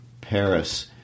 Paris